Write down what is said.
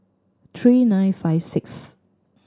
three nine five sixth